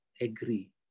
agree